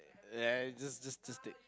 eh just just just take